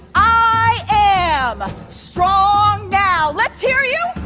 i am strong now. let's hear you.